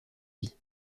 vie